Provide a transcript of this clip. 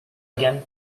again